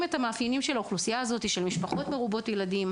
את המאפיינים של משפחות מרובות ילדים,